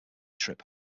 trip